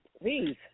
please